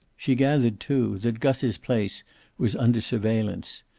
she gathered, too, that gus's place was under surveillance,